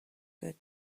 good